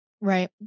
right